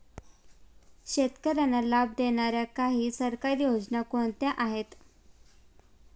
शेतकऱ्यांना लाभ देणाऱ्या काही सरकारी योजना कोणत्या आहेत?